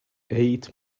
eight